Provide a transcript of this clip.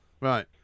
Right